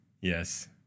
Yes